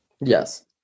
Yes